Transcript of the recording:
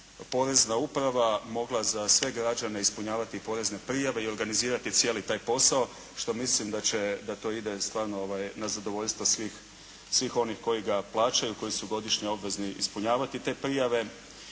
porezna uprava mogla za sve građane ispunjavati porezne prijave i organizirati cijeli taj posao što mislim da to ide stvarno na zadovoljstvo svih onih koji ga plaćaju, koji su godišnje obvezni ispunjavati te prijave.